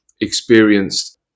experienced